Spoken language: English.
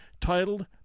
titled